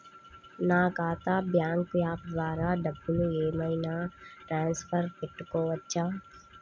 నా ఖాతా bank app ద్వారా డబ్బులు ఏమైనా ట్రాన్స్ఫర్ పెట్టుకోవచ్చా?